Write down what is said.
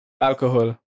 Alcohol